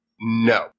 No